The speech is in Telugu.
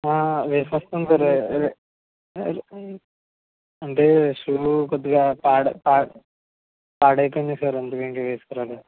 వేసుకొస్తాను సార్ అంటే షూ కొద్దిగా పాడ్ పా పాడై పాడైపోయింది సార్ అందుకని వేసుకురాలేదు